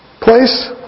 place